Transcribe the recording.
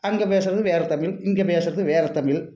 அங்கே பேசுறது வேறு தமிழ் இங்கே பேசுறது வேறு தமிழ்